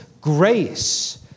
grace